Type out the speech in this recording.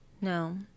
No